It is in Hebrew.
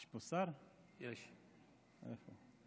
השר